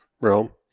Realm